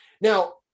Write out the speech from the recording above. now